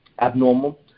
abnormal